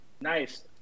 Nice